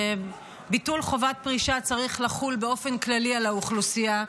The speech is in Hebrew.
שביטול חובת פרישה צריך לחול באופן כללי על האוכלוסייה.